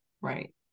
Right